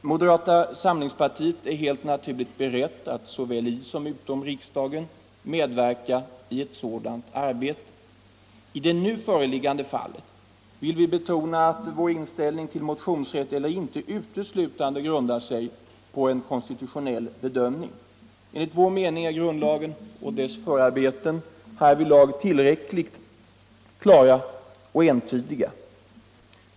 Moderata samlingspartiet är helt naturligt berett att såväl i som utom riksdagen medverka i ett sådant arbete. I det nu föreliggande fallet vill vi betona att vår inställning till motionsrätt eller inte uteslutande grundar sig på en konstitutionell bedömning. Enligt vår mening är grundlagen och dess förarbeten härvidlag tillräckligt klara och entydiga.